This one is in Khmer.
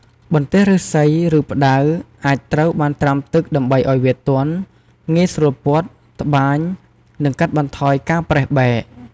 បន្ទះឫស្សី ឬផ្តៅអាចត្រូវបានត្រាំទឹកដើម្បីឱ្យវាទន់ ងាយស្រួលពត់ ត្បាញ និងកាត់បន្ថយការប្រេះបែក។